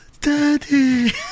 Daddy